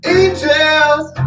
angels